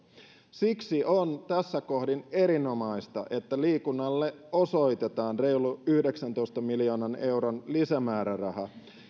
siksi on tässä kohdin erinomaista että liikunnalle osoitetaan reilun yhdeksäntoista miljoonan euron lisämääräraha